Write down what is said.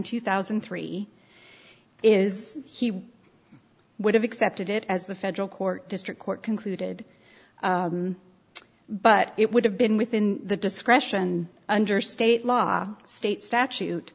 two thousand and three is he would have accepted it as the federal court district court concluded but it would have been within the discretion under state law state statute